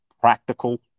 practical